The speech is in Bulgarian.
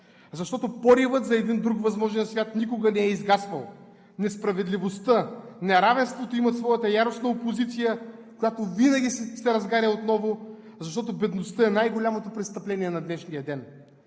защото поривът за един друг възможен свят никога не е изгасвал. Несправедливостта, неравенството имат своята яростна опозиция, която винаги се разгаря отново, защото бедността е най-голямото престъпление на днешния ден.